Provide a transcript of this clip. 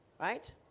right